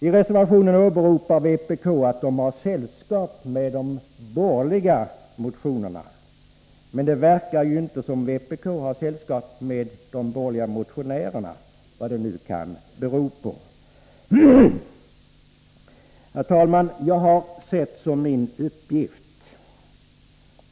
I reservationen åberopade vpk att vpk ”har sällskap med” de borgerliga motionerna, men det verkar ju inte som om vpk skulle ha sällskap med de borgerliga motionärerna — vad det nu kan bero på. Herr talman!